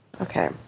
Okay